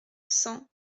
cent